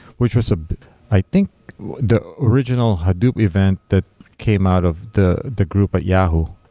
which was ah i think the original hadoop event that came out of the the group at yahoo.